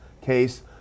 case